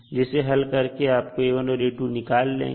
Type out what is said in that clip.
जिसे हल करके आप A1 और A2 निकाल लेंगे